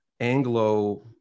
Anglo